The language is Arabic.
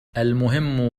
المهم